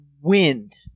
wind